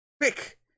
quick